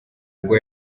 bwo